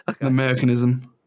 Americanism